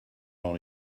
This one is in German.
noch